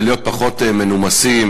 ולהיות פחות מנומסים,